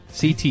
CT